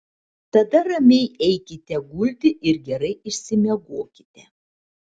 tada ramiai eikite gulti ir gerai išsimiegokite